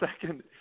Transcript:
second